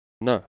No